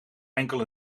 enkel